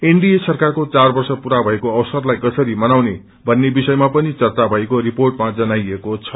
NDA सरकारको चार वर्ष पूरा भएको अवसरलाई कसरी मनाउने भन्ने विषयमा पनि चर्चा भएको रिपोटमा जनाइएको छ